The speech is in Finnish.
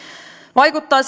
vaikuttaa